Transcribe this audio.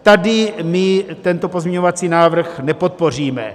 Tady my tento pozměňovací návrh nepodpoříme.